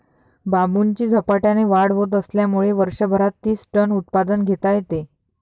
बांबूची झपाट्याने वाढ होत असल्यामुळे वर्षभरात तीस टन उत्पादन घेता येते